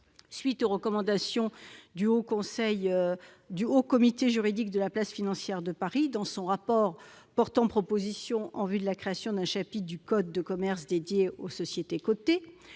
suite aux recommandations formulées par le Haut Comité juridique de la place financière de Paris dans son rapport portant proposition en vue de la création d'un chapitre du code de commerce dédié aux sociétés cotées.